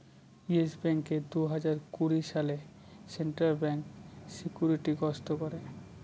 yes ব্যাঙ্ককে দুই হাজার কুড়ি সালে সেন্ট্রাল ব্যাঙ্ক সিকিউরিটি গ্রস্ত করে